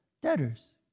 debtors